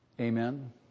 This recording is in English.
Amen